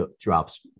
drops